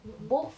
mmhmm